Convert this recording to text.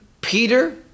Peter